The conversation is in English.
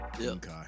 okay